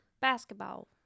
Basketball